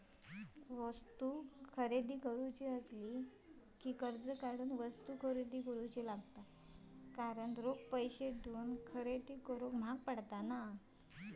वस्तू खरेदी करुच्यासाठी कर्ज वापरला जाता, रोखीन खरेदी करणा म्हाग जाता